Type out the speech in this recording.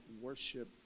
worship